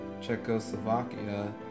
Czechoslovakia